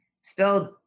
spelled